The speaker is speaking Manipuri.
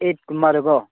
ꯑꯩꯠ ꯀꯨꯝꯕꯗꯀꯣ